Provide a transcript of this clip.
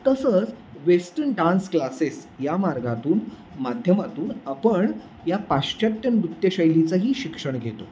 तसंच western dance classes या मार्गातून माध्यमातून आपण या पाश्चात्य नृत्यशैलीचंही शिक्षण घेतो